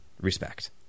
respect